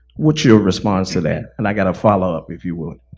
what's your response to that? and i've got a follow-up, if you would.